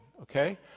okay